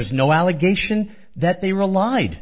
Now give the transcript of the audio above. there's no allegation that they relied